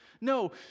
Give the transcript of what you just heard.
No